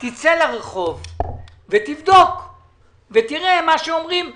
צא לרחוב ותבדוק ותראה מה שאומרים עלינו,